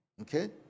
okay